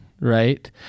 right